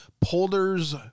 polder's